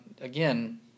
again